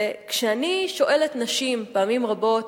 וכשאני שואלת נשים, פעמים רבות: